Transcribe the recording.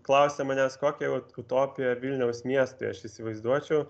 klausia manęs kokią utopiją vilniaus miestui aš įsivaizduočiau